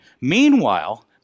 Meanwhile